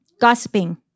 Gossiping